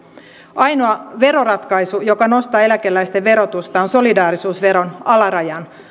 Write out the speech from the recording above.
ainoa veroratkaisu joka nostaa eläkeläisten verotusta on solidaarisuusveron alarajan